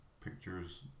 pictures